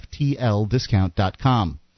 ftldiscount.com